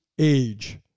age